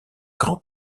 grands